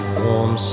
warm